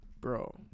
bro